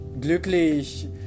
glücklich